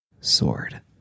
sword